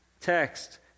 text